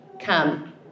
come